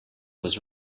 was